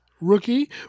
Rookie